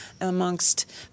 amongst